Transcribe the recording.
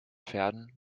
pferden